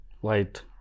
White